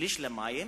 שליש למים,